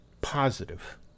positive